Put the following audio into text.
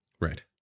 Right